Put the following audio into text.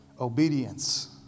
Obedience